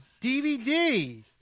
DVD